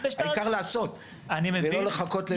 העיקר לעשות ולא לחכות.